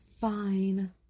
fine